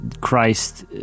Christ